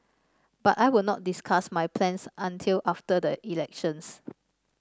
but I will not discuss my plans until after the elections